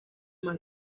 más